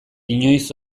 inoiz